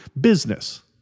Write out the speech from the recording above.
business